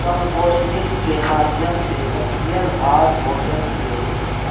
composting के माध्यम से पत्तियन, घास, भोजन के